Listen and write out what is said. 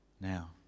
now